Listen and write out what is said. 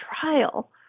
trial